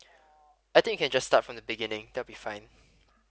I think you can just start from the beginning that will be fine